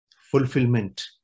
fulfillment